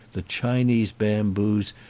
the chinese bamboos,